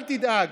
אל תדאג,